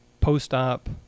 post-op